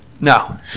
no